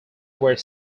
were